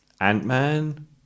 ant-man